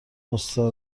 مستراح